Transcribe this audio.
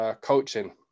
coaching